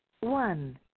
One